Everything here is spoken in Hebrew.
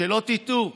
שלא תטעו,